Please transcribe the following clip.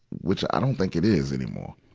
which i don't think it is anymore.